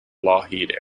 lougheed